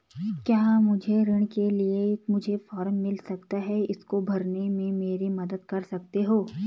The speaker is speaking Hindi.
क्या मुझे ऋण के लिए मुझे फार्म मिल सकता है इसको भरने में मेरी मदद कर सकते हो?